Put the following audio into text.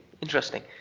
Interesting